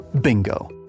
Bingo